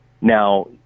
Now